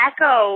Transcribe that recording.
Echo